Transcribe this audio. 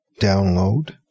download